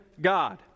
God